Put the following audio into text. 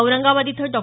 औरंगाबाद इथं डॉ